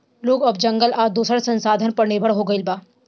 लोग अब जंगल आ दोसर संसाधन पर निर्भर हो गईल बा